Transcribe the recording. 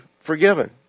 forgiven